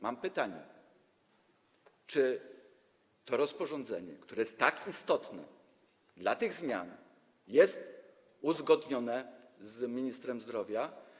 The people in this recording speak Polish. Mam pytanie: Czy to rozporządzenie, które jest tak istotne dla tych zmian, jest uzgodnione z ministrem zdrowia?